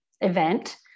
event